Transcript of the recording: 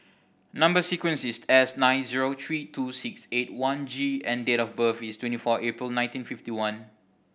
number sequence is S nine zero three two six eight one G and date of birth is twenty four April nineteen fifty one